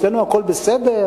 אצלנו הכול בסדר,